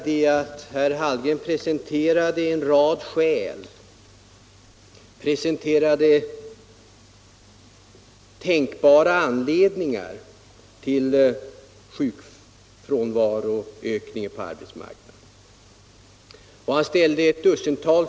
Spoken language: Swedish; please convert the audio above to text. Herr Hallgren presenterade en rad tänkbara anledningar till sjukfrånvaroökningen på arbetsmarknaden. Han ställde ett dussintal!